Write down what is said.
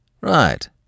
Right